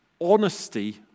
honesty